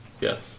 Yes